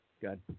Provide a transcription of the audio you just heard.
Good